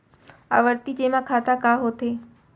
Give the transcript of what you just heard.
आवर्ती जेमा खाता का होथे?